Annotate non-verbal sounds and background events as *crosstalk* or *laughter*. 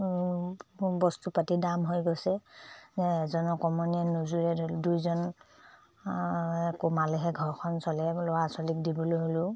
বস্তু পাতি দাম হৈ গৈছে এজন *unintelligible* নোজোৰে ধৰি লওক দুইজন কমালেহে ঘৰখন চলে ল'ৰা ছোৱালীক দিবলৈ হ'লেও